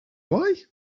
why